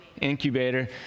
Incubator